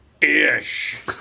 ish